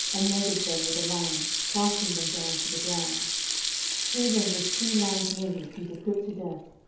and measured them with a line, casting them down to the ground even with two lines measured he to put to death,